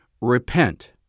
Repent